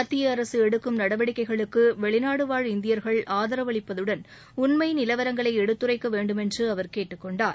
மத்திய அரசு எடுக்கும் நடவடிக்கைகளுக்கு வெளிநாடு வாழ் இந்தியர்கள் ஆதரவளிப்பதுடன் உண்மை நிலவரங்களை எடுத்துரைக்க வேண்டுமென்று கேட்டுக் கொண்டார்